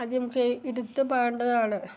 അത് നമുക്ക് എടുത്ത് പറയേണ്ടതാണ്